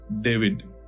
David